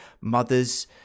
mothers